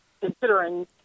considering